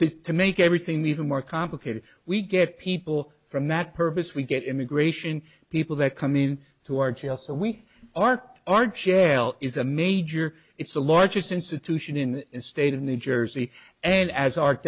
to to make everything even more complicated we get people from that purpose we get immigration people that come in to our jail so we are our jail is a major it's the largest institution in the state of new jersey and as ar